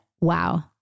wow